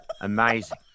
amazing